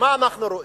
ומה אנחנו רואים?